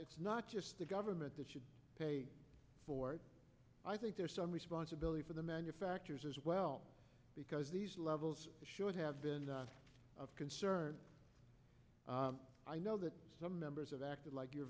it's not just the government that should pay for it i think there's some responsibility for the manufacturers as well because these levels should have been of concern i know that some members of acted like your